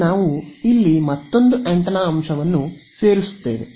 ಈಗ ನಾವು ಇಲ್ಲಿ ಮತ್ತೊಂದು ಆಂಟೆನಾ ಅಂಶವನ್ನು ಸೇರಿಸುತ್ತೇವೆ